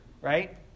right